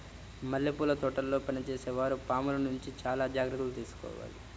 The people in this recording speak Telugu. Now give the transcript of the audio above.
మల్లెపూల తోటల్లో పనిచేసే వారు పాముల నుంచి చాలా జాగ్రత్తలు తీసుకోవాలి